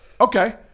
Okay